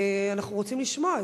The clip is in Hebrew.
אנחנו רוצים לשמוע,